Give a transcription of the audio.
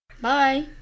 bye